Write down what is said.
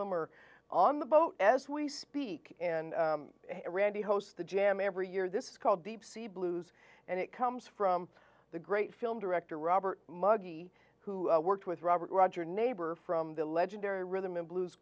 them are all on the boat as we speak and randy hosts the jam every year this is called deep sea blues and it comes from the great film director robert muggy who worked with robert roger neighbor from the legendary rhythm and blues